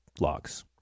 logs